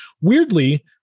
weirdly